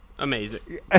Amazing